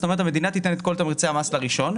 זאת אומרת, המדינה תיתן את כל תמריצי המס לראשון.